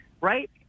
right